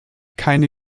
keine